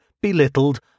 belittled